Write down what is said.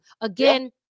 Again